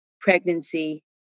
pregnancy